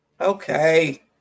okay